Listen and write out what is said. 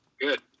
Good